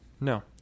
No